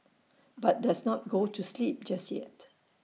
but does not go to sleep just yet